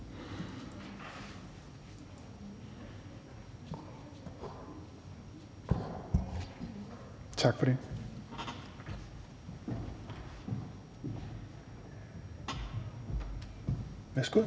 Tak for det. Der er en